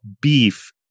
beef